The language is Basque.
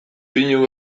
pinu